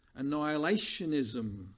annihilationism